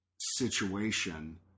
situation